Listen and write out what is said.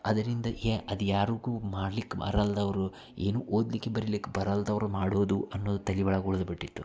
ಅದರಿಂದ ಏ ಅದು ಯಾರಿಗೂ ಮಾಡ್ಲಿಕ್ಕೆ ಬರಲ್ಲದವ್ರು ಏನೂ ಓದಲಿಕ್ಕೆ ಬರಿಲಿಕ್ಕೆ ಬರಲ್ಲದವ್ರು ಮಾಡೋದು ಅನ್ನೋದು ತಲೆ ಒಳಗೆ ಉಳ್ದು ಬಿಟ್ಟಿತ್ತು